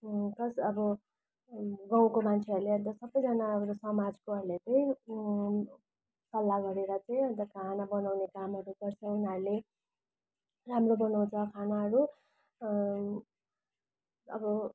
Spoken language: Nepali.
फर्स्ट अब गाउँको मान्छेहरूले सबैजाना समाजकोहरूले पनि सल्लाह गरेर चाहिँ अन्त खाना बनाउने कामहरू गर्छ उनीहरूले राम्रो बनाउँछ खानाहरू अब